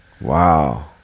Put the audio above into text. Wow